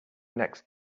next